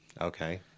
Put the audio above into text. Okay